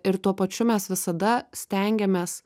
ir tuo pačiu mes visada stengiamės